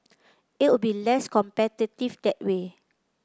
it will be less competitive that way